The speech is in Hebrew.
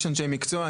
יש אנשי מקצוע.